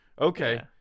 Okay